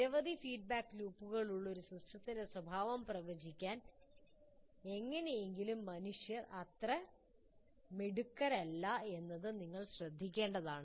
നിരവധി ഫീഡ്ബാക്ക് ലൂപ്പുകളുള്ള ഒരു സിസ്റ്റത്തിന്റെ സ്വഭാവം പ്രവചിക്കാൻ എങ്ങനെയെങ്കിലും മനുഷ്യർ അത്ര മിടുക്കരല്ള എന്നത് നിങ്ങൾ ശ്രദ്ധിക്കേണ്ടതാണ്